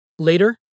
Later